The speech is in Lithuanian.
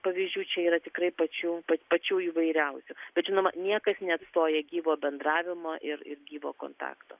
pavyzdžių čia yra tikrai pačių pačių įvairiausių bet žinoma niekas neatstoja gyvo bendravimo ir gyvo kontakto